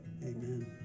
Amen